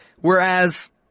whereas